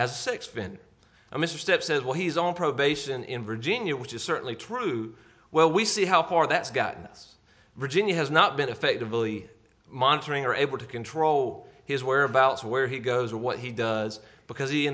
as sex been a misstep says well he's on probation in virginia which is certainly true well we see how far that's gotten us virginia has not been effectively monitoring or able to control his whereabouts where he goes or what he does because he